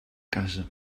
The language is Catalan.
casa